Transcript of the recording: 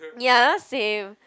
ya same